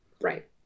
Right